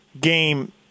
game